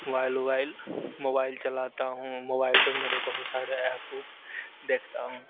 mobile उबाइल mobile चलाता हूँ मोबाइल पर मेरे बहुत सारे ऐप्प देखता हूँ